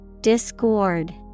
Discord